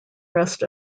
rest